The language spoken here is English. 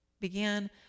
began